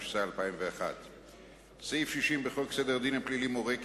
התשס"א 2001. סעיף 60 בחוק סדר הדין הפלילי מורה כי